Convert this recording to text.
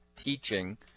teaching